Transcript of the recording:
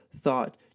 thought